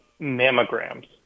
mammograms